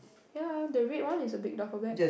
ya the red one is a big duffel bag